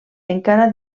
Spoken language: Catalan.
encara